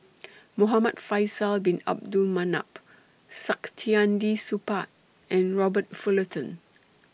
Muhamad Faisal Bin Abdul Manap Saktiandi Supaat and Robert Fullerton